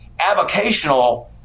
avocational